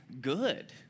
good